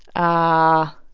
i